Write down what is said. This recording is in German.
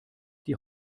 die